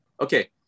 Okay